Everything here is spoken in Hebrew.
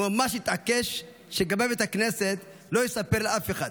הוא ממש התעקש שגבאי בית הכנסת לא יספר לאף אחד.